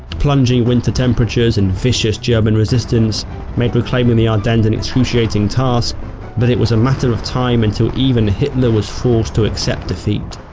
plunging winter temperatures and vicious german resistance made reclaiming the ardennes an excruciating task but it was a matter of time until even hitler was forced to accept defeat.